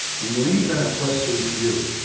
we leave that question to you.